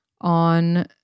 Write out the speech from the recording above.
on